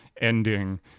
ending